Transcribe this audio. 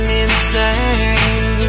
insane